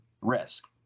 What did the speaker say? risk